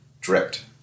dripped